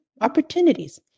opportunities